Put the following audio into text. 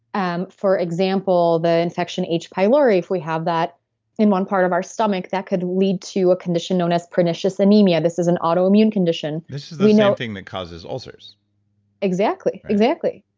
um for example, the infection, h. pylori, if we have that in one part of our stomach, that could lead to a condition known as pernicious anemia this is an autoimmune condition this is the same thing that causes ulcers exactly. exactly.